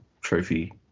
Trophy